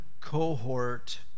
cohort